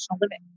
living